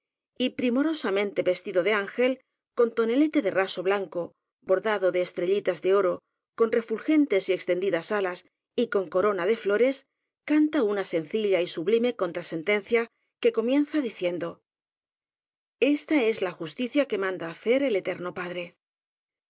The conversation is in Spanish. y primoro samente vestido de ángel con tonelete de raso blan co bordado de estrellitas de oro con refulgentes y extendidas alas y con corona de flores canta una sencilla y sublime contrasentencia que comienza diciendo esta es la justicia que manda hacer el eterno padre